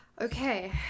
okay